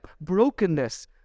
brokenness